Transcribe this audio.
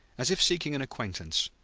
as if seeking an acquaintance.